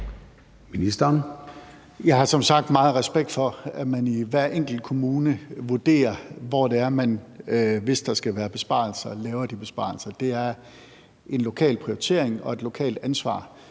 Jeg har som sagt meget respekt for, at man i hver enkelt kommune vurderer, hvor det er, man skal lave besparelser, hvis der skal være de besparelser. Det er en lokal prioritering og et lokalt ansvar,